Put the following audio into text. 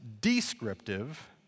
descriptive